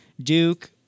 Duke